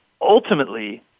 ultimately